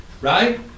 right